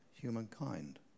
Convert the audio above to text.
humankind